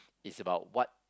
it's about what